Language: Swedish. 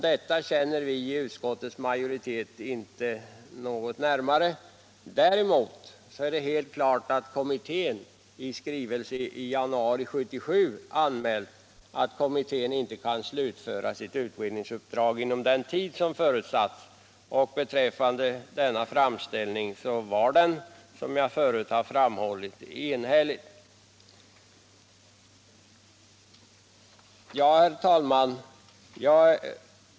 Vi inom utskottets majoritet känner inte närmare till detta. Däremot är det helt klart att kommittén i skrivelse i januari 1977 anmält att den inte kan slutföra sitt utredningsuppdrag inom den utsatta tiden. Framställningen var, som jag tidigare sagt, enhällig. Herr talman!